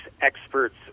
experts